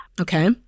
Okay